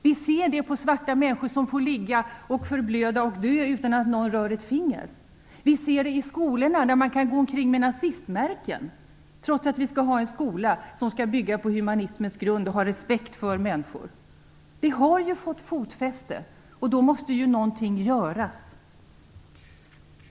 Vi ser ju svarta människor få ligga och förblöda och dö utan att någon rör ett finger. Vi ser det i skolorna där man kan gå omkring med nazistmärken, trots att vi har en skola som skall bygga på humanismens grund och ha respekt för människor. Detta har fått fotfäste, och då måste någonting göras.